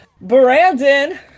Brandon